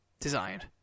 designed